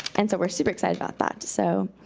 and so we're super excited about that, so.